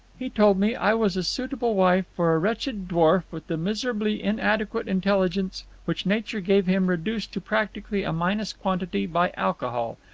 he told me i was a suitable wife for a wretched dwarf with the miserably inadequate intelligence which nature gave him reduced to practically a minus quantity by alcohol!